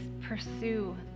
pursue